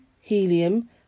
helium